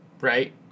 Right